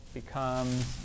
becomes